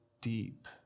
deep